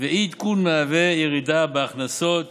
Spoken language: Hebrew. ואי-עדכון מהווה ירידה בהכנסות